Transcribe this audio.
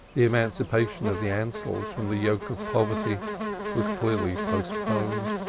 the emancipation of the ansells from the yoke of poverty was clearly postponed.